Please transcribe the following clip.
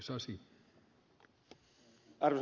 arvostamalleni ed